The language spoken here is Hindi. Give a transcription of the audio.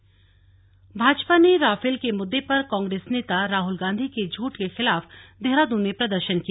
राफेल पर सियासत भाजपा ने राफेल के मुद्दे पर कांग्रेस नेता राहल गांधी के झुठ के खिलाफ देहरादून में प्रदर्शन किया